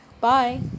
Bye